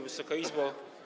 Wysoka Izbo!